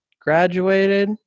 graduated